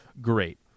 Great